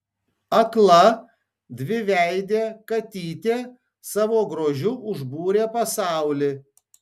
akla dviveidė katytė savo grožiu užbūrė pasaulį